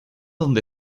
donde